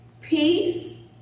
peace